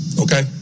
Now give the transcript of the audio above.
Okay